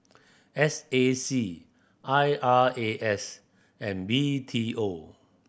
S A C I R A S and B T O